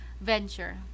venture